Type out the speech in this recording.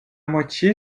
moitié